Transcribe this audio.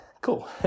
cool